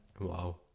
Wow